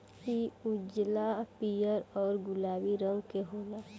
इ उजला, पीयर औरु गुलाबी रंग के होला